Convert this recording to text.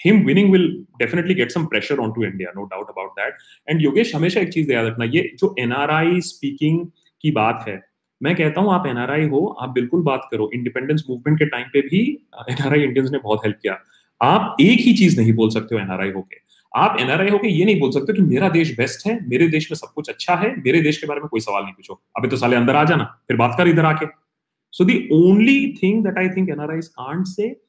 Him winning will definitely get some pressure onto India, no doubt about that. And Yogesh, हमेशा एक चीज़ याद रखना, ये जो NRI speaking की बात है, मैं कहता हूं, आप NRI हो, आप बिल्कुल बात करो। Independence movement के time पे भी NRI Indians ने बहुत help किया। आप एक ही चीज़ नहीं बोल सकते हो NRI होके। आप NRI होके ये नहीं बोल सकते कि मेरा देश best है, मेरे देश में सब कुछ अच्छा है, मेरे देश के बारे में कोई सवाल नहीं पूछो। अभी तो साले अंदर आ जाना, फिर बात कर इधर आके। So the only thing that I think NRIs can't say